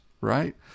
right